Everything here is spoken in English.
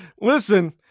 Listen